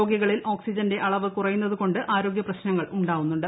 രോഗികളിൽ ഓക്സിജന്റെ അളവ് കുറയുന്നത് കൊണ്ട് ആരോഗൃ പ്രശ്നങ്ങൾ ഉണ്ടാവുന്നുണ്ട്